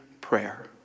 prayer